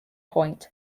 point